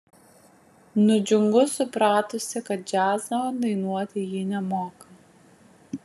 nudžiungu supratusi kad džiazo dainuoti ji nemoka